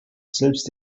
selbst